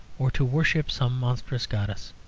or to worship some monstrous goddess,